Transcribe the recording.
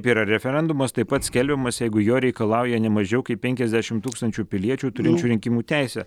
yra referendumas taip pat skelbiamas jeigu jo reikalauja nemažiau kaip penkiasdešimt tūkstančių piliečių turinčių rinkimų teisę